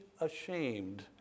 ashamed